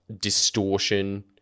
Distortion